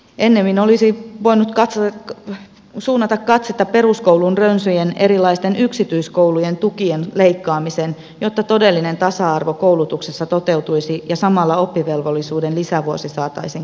ennemmin olisi voinut suunnata katsetta peruskoulun rönsyjen erilaisten yksityiskoulujen tukien leikkaamiseen jotta todellinen tasa arvo koulutuksessa toteutuisi ja samalla oppivelvollisuuden lisävuosi saataisiin katettua